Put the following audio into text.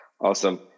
Awesome